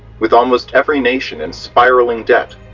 with almost every nation in spiraling debt,